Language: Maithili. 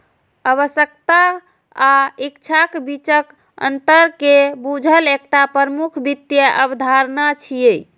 आवश्यकता आ इच्छाक बीचक अंतर कें बूझब एकटा प्रमुख वित्तीय अवधारणा छियै